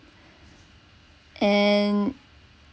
and